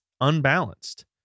unbalanced